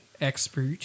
expert